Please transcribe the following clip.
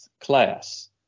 class